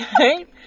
right